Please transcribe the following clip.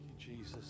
Jesus